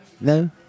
no